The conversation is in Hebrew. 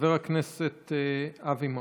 חבר הכנסת אבי מעוז.